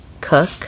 cook